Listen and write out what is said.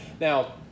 Now